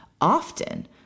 often